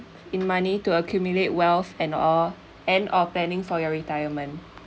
in money to accumulate wealth and or and or planning for your retirement